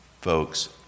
folks